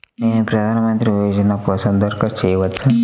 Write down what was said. నేను ప్రధాన మంత్రి యోజన కోసం దరఖాస్తు చేయవచ్చా?